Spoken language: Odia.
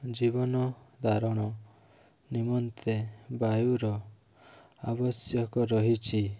ଜୀବନଧାରଣ ନିମନ୍ତେ ବାୟୁର ଆବଶ୍ୟକ ରହିଛି